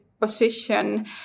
Position